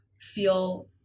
feel